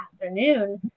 afternoon